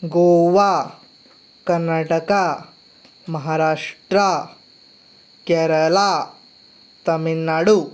Goa Karnataka Maharashtra Kerala Tamil Nadu